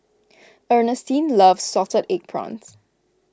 Ernestine loves Salted Egg Prawns